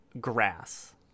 grass